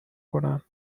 کنن